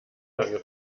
lange